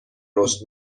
رشد